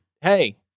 Hey